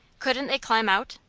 couldn't they climb out?